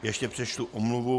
Ještě přečtu omluvu.